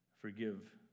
forgive